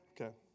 Okay